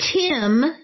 Tim